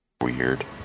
weird